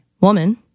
woman